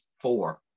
four